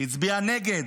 הצביע נגד,